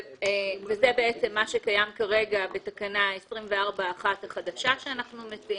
זה בעצם מה שקיים כרגע בתקנה 24(1) החדשה שאנחנו מציעים.